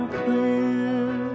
clear